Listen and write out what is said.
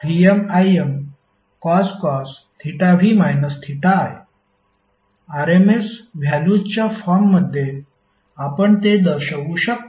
P12VmImcos θv θi rms व्हॅल्यूजच्या फॉर्ममध्ये आपण ते दर्शवु शकतो